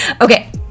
Okay